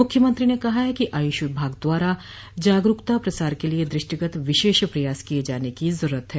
मुख्यमंत्री ने कहा है कि आयुष विभाग द्वारा जागरूकता प्रसार के लिये द्रष्टिगत विशेष प्रयास किये जाने की जरूरत है